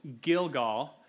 Gilgal